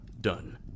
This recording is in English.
Done